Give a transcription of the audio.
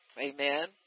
Amen